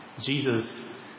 Jesus